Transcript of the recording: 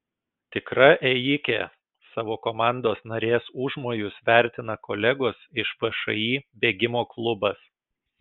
tikra ėjikė savo komandos narės užmojus vertina kolegos iš všį bėgimo klubas